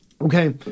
Okay